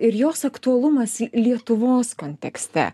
ir jos aktualumas l lietuvos kontekste